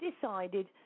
decided